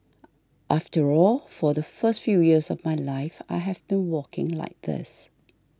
after all for the first few years of my life I have been walking like this